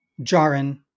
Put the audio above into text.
Jaren